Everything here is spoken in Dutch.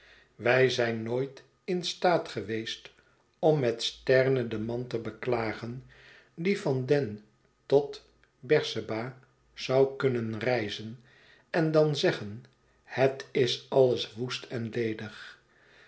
wij zijn nooit in staat geweest om met sterne den man te beklagen die van dan tot berseba zou kunnen reizen en dan zeggen het is alles woest en ledig